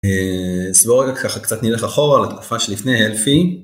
אז בואו רגע ככה קצת נלך אחורה לתקופה שלפני הלפי